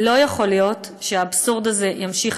לא יכול להיות שהאבסורד הזה ימשיך